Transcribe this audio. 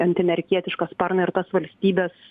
antiamerikietišką sparną ir tas valstybes